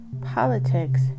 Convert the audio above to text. Politics